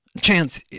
Chance